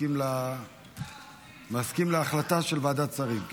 מסכים להחלטת של ועדת השרים?